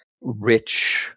rich